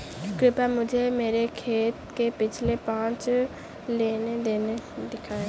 कृपया मुझे मेरे खाते से पिछले पाँच लेन देन दिखाएं